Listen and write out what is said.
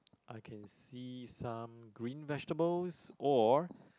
I can see some green vegetables or